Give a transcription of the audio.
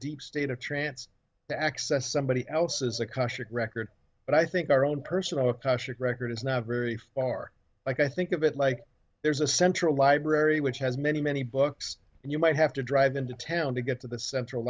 deep state of trance to access somebody else's akashic record but i think our own personal record is not very far like i think a bit like there's a central library which has many many books and you might have to drive into town to get to the central